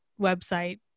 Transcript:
website